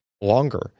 longer